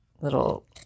little